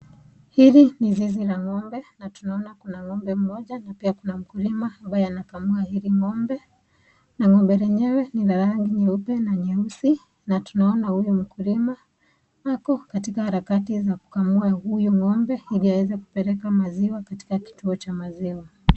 Hili ni zizi la ngombe, natunaona kuna ngombe mmoja na pia kuna mkulima ambaye anakamua huyu ngombe, na ngombe mwenyewe ni ya rangi nyeusi, na tunaona huyu mkulima ako katika harakati za kukamua huyu ngombe ili aweze kupeleka maziwa katika kituo cha maziwa.